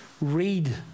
read